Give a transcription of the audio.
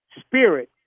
spirit